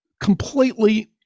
completely